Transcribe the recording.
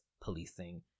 policing